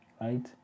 right